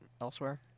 elsewhere